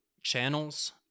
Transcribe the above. channels